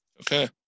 Okay